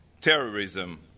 terrorism